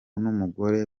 n’umugore